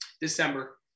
december